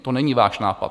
To není váš nápad.